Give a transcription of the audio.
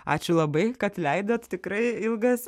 ačiū labai kad leidot tikrai ilgas